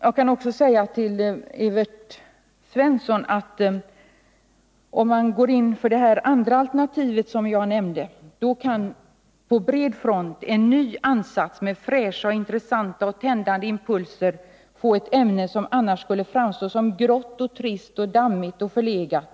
Jag vill till Evert Svensson säga att om man går in för det andra alternativ som jag nämnde, kan på bred front en ny ansats göras med fräscha, intressanta och tändande impulser på ett ämne som annars skulle framstå som grått, trist, dammigt och förlegat.